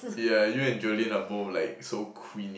yeah you and Jolene are both like so queen